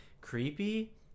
creepy